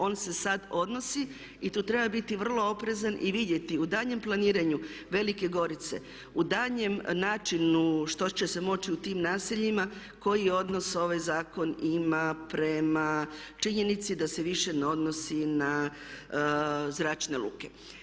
On se sad odnosi i tu treba biti vrlo oprezan i vidjeti u daljnjem planiranju Velike Gorice, u daljnjem načinu što će se moći u tim naseljima koji odnos ovaj zakon ima prema činjenici da se više ne odnosi na zračne luke.